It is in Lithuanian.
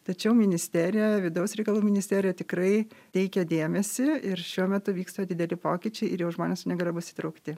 tačiau ministerija vidaus reikalų ministerija tikrai teikia dėmesį ir šiuo metu vyksta dideli pokyčiai ir jau žmonės su negalia bus įtraukti